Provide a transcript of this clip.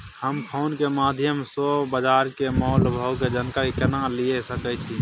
हम फोन के माध्यम सो रोज बाजार के मोल भाव के जानकारी केना लिए सके छी?